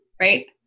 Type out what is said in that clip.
right